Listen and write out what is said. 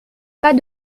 pas